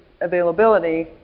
availability